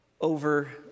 over